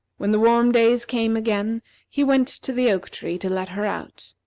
when the warm days came again he went to the oak-tree to let her out.